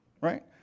Right